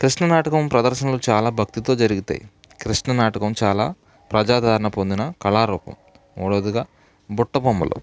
కృష్ణ నాటకం ప్రదర్శనలు చాల భక్తితో జరుగుతాయి కృష్ణ నాటకం చాలా ప్రజాదారణ పొందిన కళారూపం మూడోదిగా బుట్ట బొమ్మలు